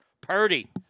Purdy